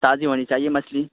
تازی ہونی چاہیے مچھلی